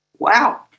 Wow